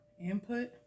Input